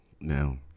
now